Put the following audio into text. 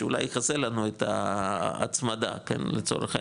שאולי חסר לנו את ההצמדה, כן, לצורך העניין.